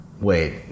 wait